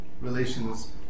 relations